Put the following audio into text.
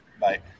Bye